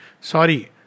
Sorry